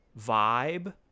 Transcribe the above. vibe